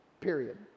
Period